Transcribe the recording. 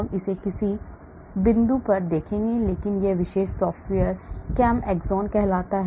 हम इसे किसी बिंदु पर देखेंगे लेकिन यह विशेष सॉफ्टवेयर ChemAxon कहलाता है